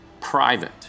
private